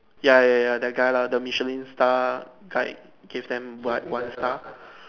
ya ya ya that guy lah the Michelin Star guide gives them what one star